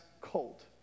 cold